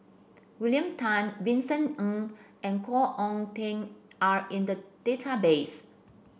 William Tan Vincent Ng and Khoo Oon Teik are in the database